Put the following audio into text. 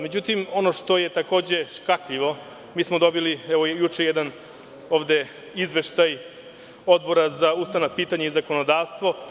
Međutim ono što je škakljivo, mi smo dobili juče jedan izveštaj Odbora za ustavna pitanja i zakonodavstvo.